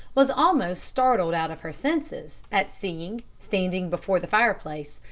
was almost startled out of her senses at seeing, standing before the fireplace,